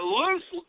loose